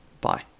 Bye